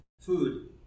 food